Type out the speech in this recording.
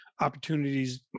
opportunities